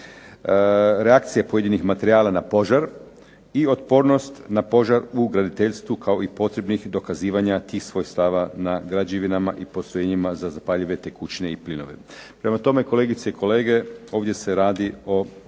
reakcije pojedinih materijala na požar i otpornost na požar u graditeljstvu kao i potrebnih dokazivanja tih svojstava na građevinama i postrojenjima za zapaljive tekućine i plinove. Prema tome, kolegice i kolege, ovdje se radi o